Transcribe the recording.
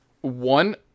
one